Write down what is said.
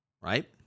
right